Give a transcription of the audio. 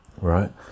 right